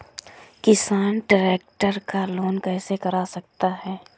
किसान ट्रैक्टर का लोन कैसे करा सकता है?